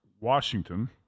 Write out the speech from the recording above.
Washington